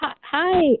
hi